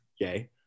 Yay